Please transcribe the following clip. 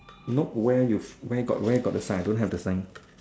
nope where you where got where got the sign I don't have the sign